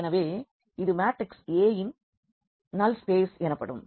எனவே இது matrix A வின் நல்ஸ்பேஸ் எனப்படும்